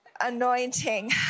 anointing